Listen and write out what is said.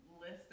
list